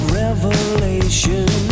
revelation